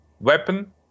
Weapon